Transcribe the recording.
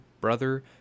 brother